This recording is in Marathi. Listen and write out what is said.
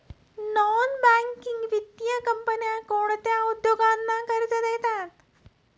नॉन बँकिंग वित्तीय कंपन्या कोणत्या उद्योगांना कर्ज देतात?